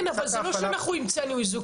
כן, אבל זה לא שאנחנו המצאנו איזוק